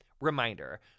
Reminder